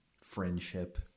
Friendship